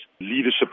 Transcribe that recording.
leadership